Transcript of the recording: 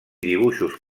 dibuixos